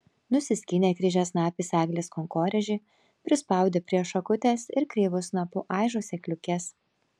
nusiskynė kryžiasnapis eglės kankorėžį prispaudė prie šakutės ir kreivu snapu aižo sėkliukes